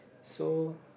so